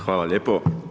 Hvala lijepo.